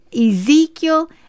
Ezekiel